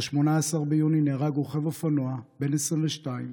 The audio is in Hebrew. ב-18 ביוני נהרג רוכב אופנוע בן 22,